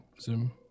Zoom